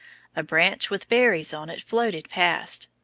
a branch with berries on it floated past,